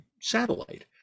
satellite